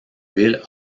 ville